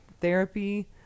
therapy